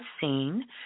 seen